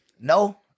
No